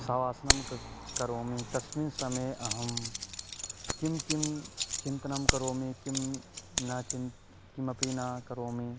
शवासनं क करोमि तस्मिन् समये अहं किं किं चिन्तनं करोमि किं न चिन्तनं किमपि न करोमि